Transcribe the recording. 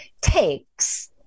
takes